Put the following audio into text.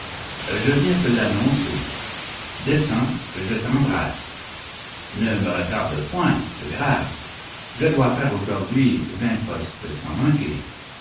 je viens te l'annoncer descends que je t'embrasse ne me retarde point de grâce je dois faire aujourd'hui vingt postes sans manquer